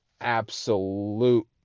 absolute